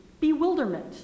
bewilderment